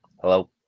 hello